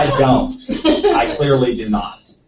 i don't. i clearly do not.